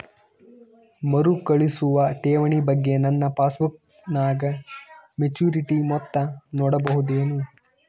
ಮರುಕಳಿಸುವ ಠೇವಣಿ ಬಗ್ಗೆ ನನ್ನ ಪಾಸ್ಬುಕ್ ನಾಗ ಮೆಚ್ಯೂರಿಟಿ ಮೊತ್ತ ನೋಡಬಹುದೆನು?